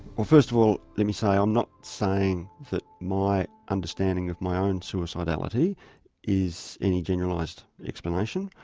well first of all let me say i'm not saying that my understanding of my own suicidality is any generalised explanation.